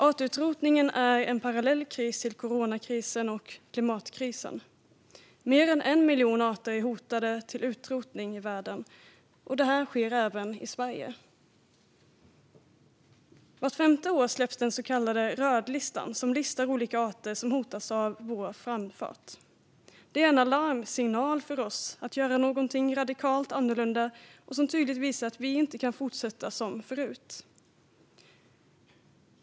Artutrotningen är en parallell kris till coronakrisen och klimatkrisen. Mer än l miljon arter är hotade av utrotning i världen, och detta sker även i Sverige. Vart femte år släpps den så kallade rödlistan, som listar olika arter som hotas av vår framfart. Det är en alarmsignal för oss att göra någonting radikalt annorlunda och visar tydligt att vi inte kan fortsätta som förut.